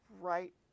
right